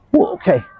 Okay